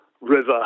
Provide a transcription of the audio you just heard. river